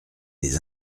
des